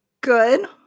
good